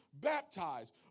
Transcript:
baptized